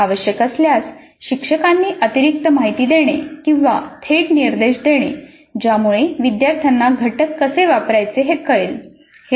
आवश्यक असल्यास शिक्षकांनी अतिरिक्त माहिती देणे किंवा थेट निर्देश देणे ज्यामुळे विद्यार्थ्यांना घटक कसे वापरायचे हे कळेल हे आवश्यक आहे